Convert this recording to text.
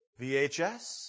VHS